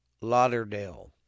Lauderdale